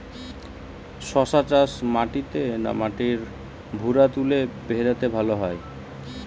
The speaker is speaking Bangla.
শশা চাষ মাটিতে না মাটির ভুরাতুলে ভেরাতে ভালো হয়?